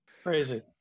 Crazy